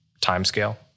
timescale